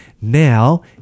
now